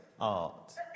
art